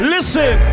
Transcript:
Listen